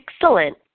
Excellent